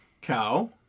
cow